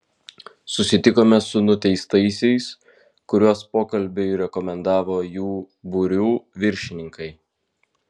susitikome su nuteistaisiais kuriuos pokalbiui rekomendavo jų būrių viršininkai